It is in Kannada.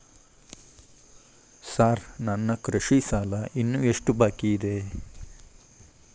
ಸಾರ್ ನನ್ನ ಕೃಷಿ ಸಾಲ ಇನ್ನು ಎಷ್ಟು ಬಾಕಿಯಿದೆ?